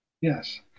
Yes